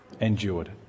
endured